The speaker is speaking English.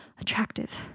attractive